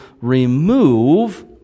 remove